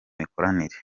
mikoranire